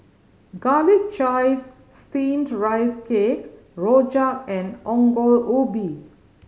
Garlic Chives Steamed Rice Cake rojak and Ongol Ubi